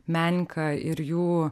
menininką ir jų